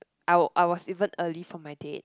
I wa~ I was even early for my date